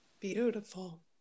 beautiful